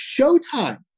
showtime